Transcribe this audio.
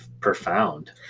profound